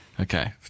Okay